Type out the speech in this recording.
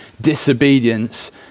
disobedience